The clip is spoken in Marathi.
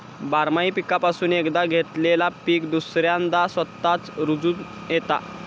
बारमाही पीकापासून एकदा घेतलेला पीक दुसऱ्यांदा स्वतःच रूजोन येता